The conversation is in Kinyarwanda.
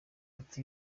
ati